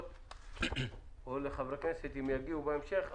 לחברי הכנסת בהמשך.